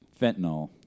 Fentanyl